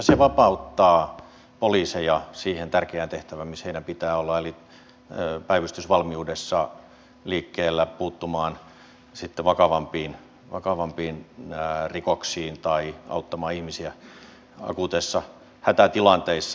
se vapauttaa poliiseja siihen tärkeään tehtävään missä heidän pitää olla eli päivystysvalmiudessa liikkeellä puuttumaan sitten vakavampiin rikoksiin tai auttamaan ihmisiä akuuteissa hätätilanteissa